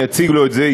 אני אציג לו את זה,